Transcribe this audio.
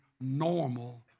normal